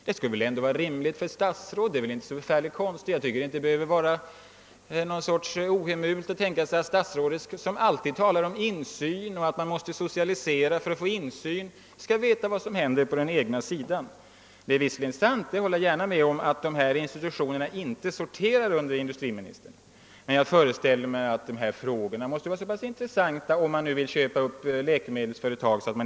Det behöver inte vara ohemult att tänka sig att statsrådet, som brukar tala om att man måste socialisera för att få insyn, skall veta vad som händer på den egna sidan. Jag håller visserligen med om att dessa institutioner inte sorterar under industriministern, men jag föreställer mig att han bör intressera sig för dem, om han vill köpa upp läkemedelsföretag.